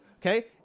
okay